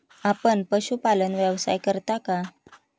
आपण पशुपालन व्यवसाय करता का?